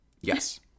Yes